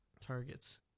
targets